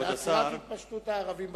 עצירת התפשטות הערבים בצפון.